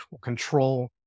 Control